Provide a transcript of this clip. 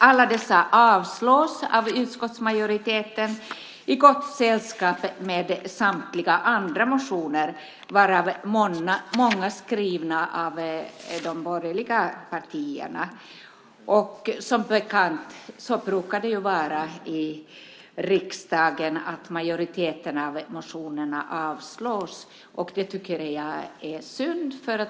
Alla dessa avstyrks av utskottsmajoriteten i gott sällskap med samtliga andra motioner, varav många är skrivna av de borgerliga partierna. Som bekant brukar det vara så i riksdagen att majoriteten av motionerna avstyrks. Det tycker jag är synd.